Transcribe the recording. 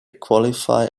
qualify